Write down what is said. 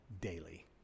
daily